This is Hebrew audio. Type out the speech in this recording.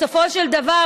בסופו של דבר,